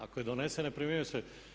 A ako je doneseno ne primjenjuje se.